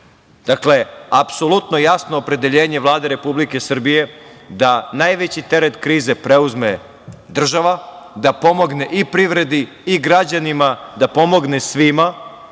apsolutno jasno opredeljenje Vlade Republike Srbije da najveći teret krize preuzme država, da pomogne i privredi i građanima, da pomogne svima